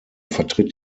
vertritt